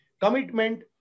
commitment